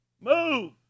Move